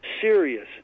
serious